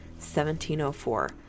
1704